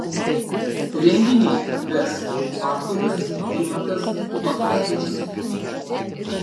renginį ves aktorius rimantas bagdzevičius